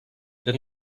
then